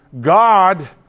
God